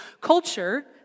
culture